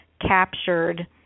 captured